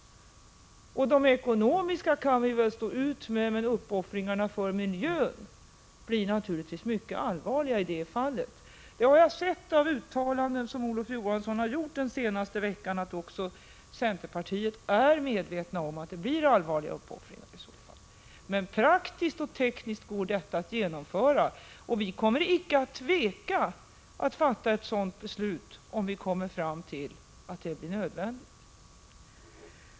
De ekonomiska kan vi väl stå ut med, men uppoffringarna för miljön blir naturligtvis mycket allvarliga i det fallet. Jag har sett av uttalanden som Olof Johansson har gjort den senaste veckan, att också centerpartiet är medvetet om att det blir allvarliga uppoffringar i så fall. Men praktiskt och tekniskt går detta att genomföra, och vi kommer icke att tveka att fatta ett sådant beslut om vi kommer fram till att det blir nödvändigt.